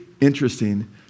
interesting